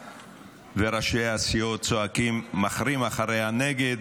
וראשי הסיעות מחרים מחזיקים אחריה: נגד,